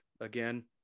again